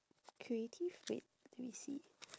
creative wait let me see